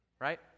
right